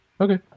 Okay